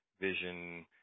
vision